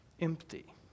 Empty